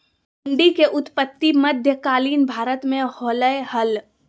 हुंडी के उत्पत्ति मध्य कालीन भारत मे होलय हल